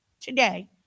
today